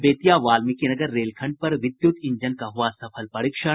बेतिया वाल्मीकिनगर रेलखंड पर विद्युत इंजन का हुआ सफल परीक्षण